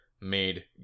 Made